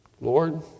Lord